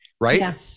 right